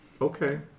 Okay